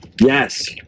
Yes